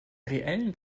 reellen